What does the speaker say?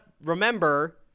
remember